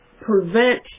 prevent